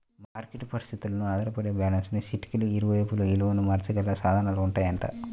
market పరిస్థితులపై ఆధారపడి balance షీట్కి ఇరువైపులా విలువను మార్చగల సాధనాలుంటాయంట